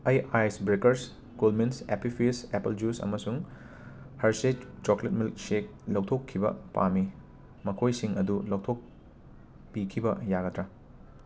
ꯑꯩ Ice Breakers cool mints Appy Fizz apple juice ꯑꯃꯁꯨꯡ Hershey's chocolate milkshake ꯂꯧꯊꯣꯛꯈꯤꯕ ꯄꯥꯝꯃꯤ ꯃꯈꯣꯏꯁꯤꯡ ꯑꯗꯨ ꯂꯧꯊꯣꯛꯄꯤꯈꯤꯕ ꯌꯥꯒꯗ꯭ꯔ